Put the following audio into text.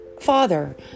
father